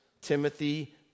Timothy